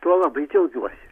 tuo labai džiaugiuosi